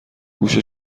گوش